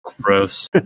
Gross